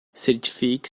certifique